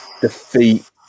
defeat